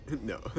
No